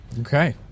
Okay